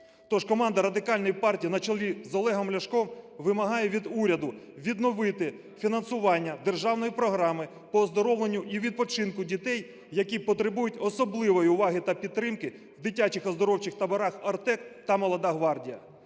Тож команда Радикальної партії на чолі з Олегом Ляшком вимагає від уряду відновити фінансування державної програми по оздоровленню і відпочинку дітей, які потребують особливої уваги та підтримки, в дитячих оздоровчих таборах "Артек" та "Молода гвардія".